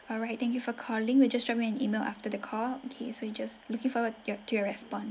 alright thank you for calling we'll just drop you an email after the call okay so we'll just looking forward to your response